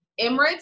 Emirates